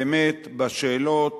באמת, בשאלות